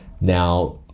Now